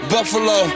Buffalo